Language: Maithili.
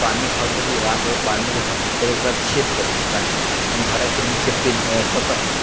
पानि भर देली राति भर पानि रहल हम फेर ओकरा छेद कऽ देली काँटीसँ एकदम घड़ाके नीचे पेन सतहमे